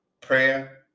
prayer